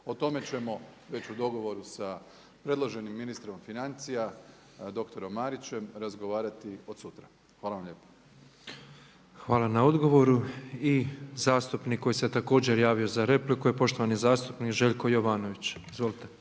O tome ćemo već u dogovoru sa predloženim ministrom financija doktorom Mariće razgovarati od sutra. Hvala vam lijepa. **Petrov, Božo (MOST)** Hvala na odgovoru. I zastupnik koji se također javio za repliku je poštovani zastupnik Željko Jovanović. Izvolite.